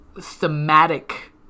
thematic